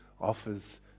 offers